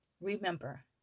Remember